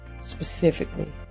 specifically